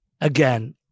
Again